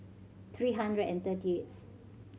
three hundred and thirty eighth